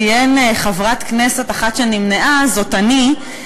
הוא ציין חברת כנסת אחת שנמנעה, זאת אני.